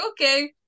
okay